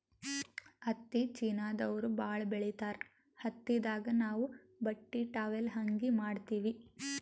ಹತ್ತಿ ಚೀನಾದವ್ರು ಭಾಳ್ ಬೆಳಿತಾರ್ ಹತ್ತಿದಾಗ್ ನಾವ್ ಬಟ್ಟಿ ಟಾವೆಲ್ ಅಂಗಿ ಮಾಡತ್ತಿವಿ